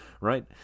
right